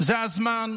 זה הזמן,